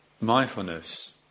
mindfulness